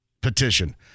petition